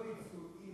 לא ניצול.